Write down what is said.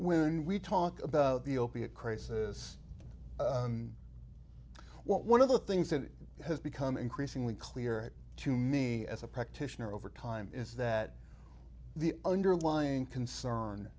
when we talk about the opiate crisis one of the things that has become increasingly clear to me as a practitioner over time is that the underlying concern